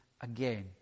again